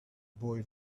boy